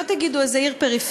לא תגידו איזו עיר פריפריה,